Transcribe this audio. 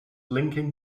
linking